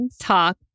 talk